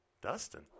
dustin